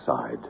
side